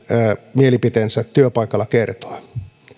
mielipiteensä työpaikalla kertoa